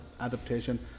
adaptation